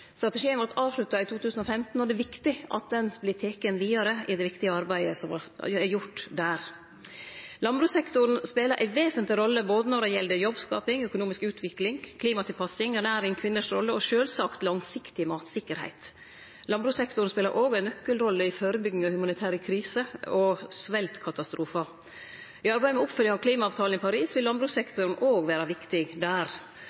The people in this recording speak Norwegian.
Strategien vart avslutta i 2015, og det er viktig at det arbeidet som er gjort der, vert teke vidare. Landbrukssektoren spelar ei vesentleg rolle både når det gjeld jobbskaping, økonomisk utvikling, klimatilpassing, ernæring, kvinners rolle og sjølvsagt langsiktig mattryggleik. Landbrukssektoren spelar òg ei nøkkelrolle i førebygging av humanitære kriser og sveltkatastrofar. I arbeidet med oppfølginga av klimaavtalen i Paris vil